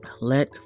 Let